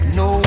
no